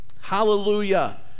Hallelujah